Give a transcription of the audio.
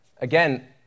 again